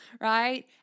right